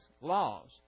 laws